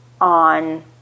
on